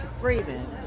Freeman